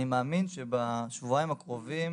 אני מאמין שבשבועיים הקרובים